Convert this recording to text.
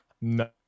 no